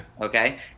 Okay